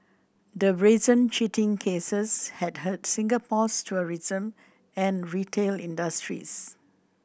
the brazen cheating cases had hurt Singapore's tourism and retail industries